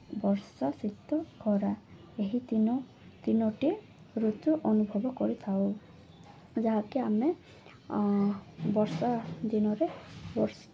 ବର୍ଷା ଶୀତ ଖରା ଏହି ତିିନ ତିନୋଟି ଋତୁ ଅନୁଭବ କରିଥାଉ ଯାହାକି ଆମେ ବର୍ଷା ଦିନରେ ବର୍ଷ